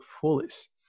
fullest